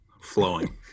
flowing